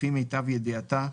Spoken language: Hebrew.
לפי מיטב ידיעתה,